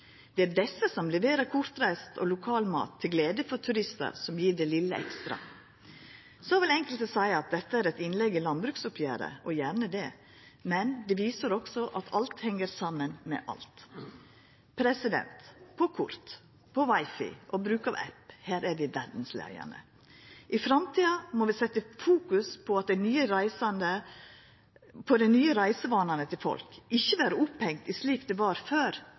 Det er desse som leverer kortreist og lokal mat, til glede for turistar, som gjev det vesle ekstra. Så vil enkelte seia at dette er eit innlegg i landbruksoppgjeret. Gjerne det, men det viser også at alt heng saman med alt. På port, på wi-fi og på bruk av appar – her er vi verdsleiande. I framtida må vi fokusera på dei nye reisevanane til folk, ikkje vera opphengde i korleis det var før,